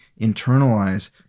internalize